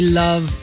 love